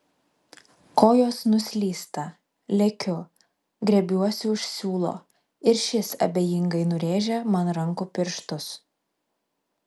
kojos nuslysta lekiu griebiuosi už siūlo ir šis abejingai nurėžia man rankų pirštus